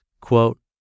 quote